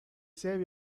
save